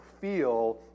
feel